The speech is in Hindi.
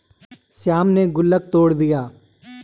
श्याम ने गुल्लक तोड़ दिया